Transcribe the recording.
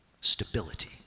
Stability